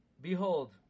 Behold